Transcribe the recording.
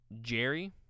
Jerry